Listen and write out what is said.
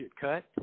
cut